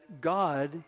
God